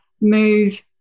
move